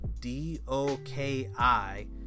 D-O-K-I